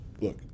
look